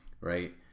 right